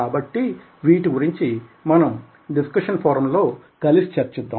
కాబట్టి వీటి గురించి మనం డిస్కషన్ ఫోరం లో కలిసి చర్చిద్దాం